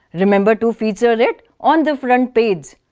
remember to feature it on the front page.